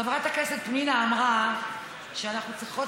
חברת הכנסת פנינה אמרה שאנחנו צריכות,